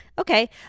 Okay